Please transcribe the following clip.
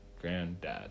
granddad